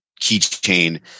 keychain